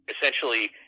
essentially